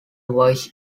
voice